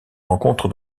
rencontre